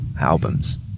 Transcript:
albums